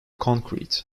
concrete